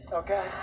okay